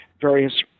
various